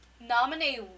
Nominee